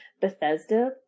Bethesda